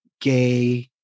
gay